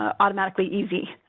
ah automatically easy.